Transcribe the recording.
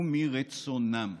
ומרצונם.